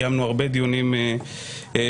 קיימנו הרבה דיונים בכנסת,